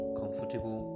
comfortable